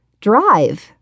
Drive